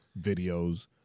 videos